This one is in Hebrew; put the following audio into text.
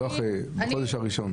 בחודש הראשון.